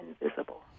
invisible